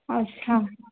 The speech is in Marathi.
अच्छा